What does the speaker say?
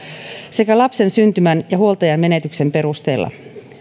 sekä lapsen syntymän ja huoltajan menetyksen perusteella